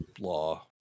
law